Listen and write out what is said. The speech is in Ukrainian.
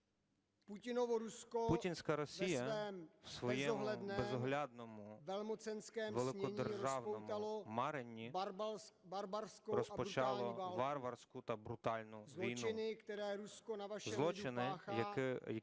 Путінська Росія в своєму безоглядному великодержавному маренні розпочала варварську та брутальну війну. Злочини, які Росія чинить